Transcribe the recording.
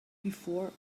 before